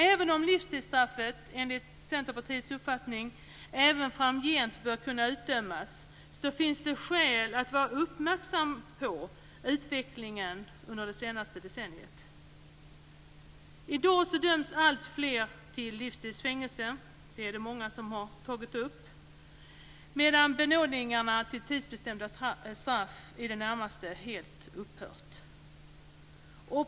Även om livstidsstraffet, enligt Centerpartiets uppfattning, också framgent bör kunna utdömas finns det skäl att vara uppmärksam på utvecklingen under det senaste decenniet. I dag döms alltfler till livstids fängelse - det har många tagit upp - medan benådningarna till tidsbestämda straff i det närmaste helt har upphört.